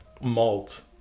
malt